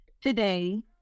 Today